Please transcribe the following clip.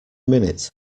minute